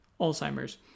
alzheimer's